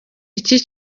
iki